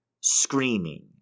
screaming